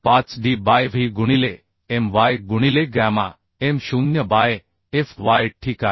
5 d by v गुणिले M y गुणिले gamma M 0 by fyठीक आहे